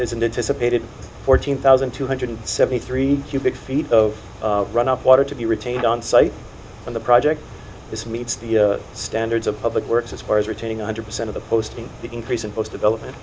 it fourteen thousand two hundred seventy three cubic feet of runoff water to be retained on site on the project this meets the standards of public works as far as retaining a hundred percent of the posting the increase in post development